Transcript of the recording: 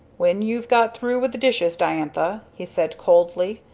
when you've got through with the dishes, diantha, he said coldly,